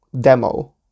demo